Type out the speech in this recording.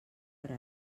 per